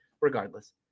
regardless